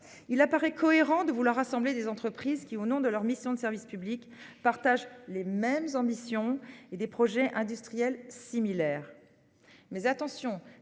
Il paraît cohérent de vouloir rassembler des entreprises qui, au nom de leur mission de service public, partagent les mêmes ambitions et ont des projets industriels similaires. Toutefois,